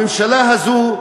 הממשלה הזאת,